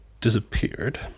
disappeared